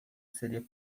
seria